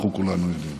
אנחנו כולנו יודעים